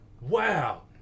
wow